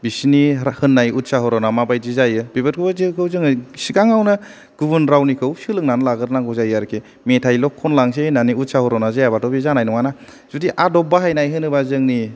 बिसिनि होननाय उतषाहरना मा बायदि जायो बेफोर बादिखौ जोङो सिगाङावनो गुबुन रावनिखौ सोलोंनानै लाग्रो नांगौ जायो आरोखि मेथाइल' खनलांसै होननानै उतषाहरना जायाबाथ' बे जानाय नङा ना जुदि आदब बाहायनाय होनोबा जोंनि